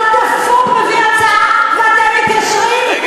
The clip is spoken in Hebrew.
כל דפוק מביא הצעה ואתם מתיישרים?